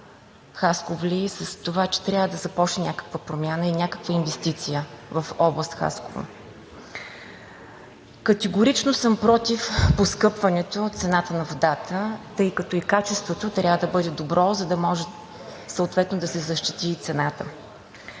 хасковлии с това, че трябва да започне някаква промяна и някаква инвестиция в област Хасково. Категорично съм против поскъпването на цената на водата, тъй като и качеството трябва да бъде добро, за да може съответно да се защити и цената.